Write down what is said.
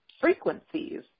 frequencies